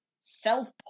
self